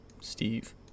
Steve